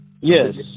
yes